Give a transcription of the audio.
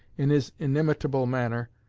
in his inimitable manner,